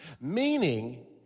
meaning